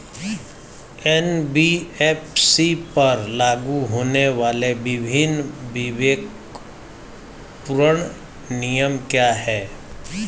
NBFC पर लागू होने वाले विभिन्न विवेकपूर्ण नियम क्या हैं?